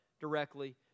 directly